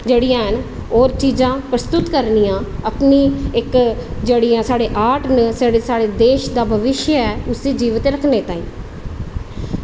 जेह्ड़ियां हैन ओह् प्रस्तुत करनियां अपनी इक्क जेह्ड़ी साढ़ी आर्ट न देश दा भविष्य ऐ उसी जीवंत रक्खनै ताहीं